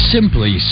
Simply